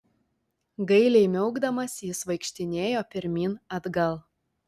gailiai miaukdamas jis vaikštinėjo pirmyn atgal